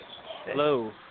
Hello